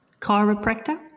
chiropractor